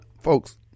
folks